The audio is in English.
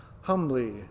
humbly